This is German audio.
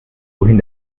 wohin